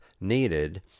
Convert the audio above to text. needed